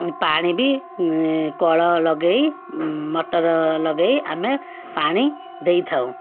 ପାଣି ବି କଳ ଲଗାଇ ମଟର ଲଗାଇ ଆମେ ପାଣି ଦେଇଥାଉଁ